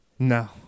No